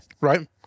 Right